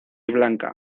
blanca